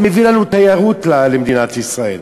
זה מביא לנו תיירות למדינת ישראל.